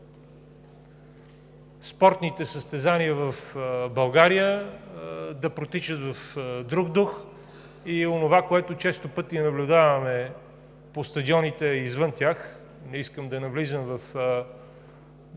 спортните състезания в България да протичат в друг дух и онова, което често пъти наблюдаваме по стадионите и извън тях, не искам да навлизам в